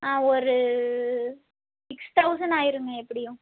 ஆ ஒரு six thousand ஆயிருங்க எப்படியும்